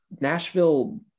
nashville